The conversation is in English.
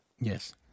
Yes